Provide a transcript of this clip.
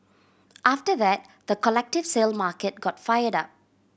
after that the collective sale market got fired up